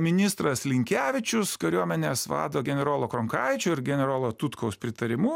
ministras linkevičius kariuomenės vado generolo kronkaičio ir generolo tutkaus pritarimu